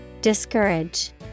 Discourage